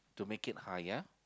to make it higher